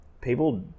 people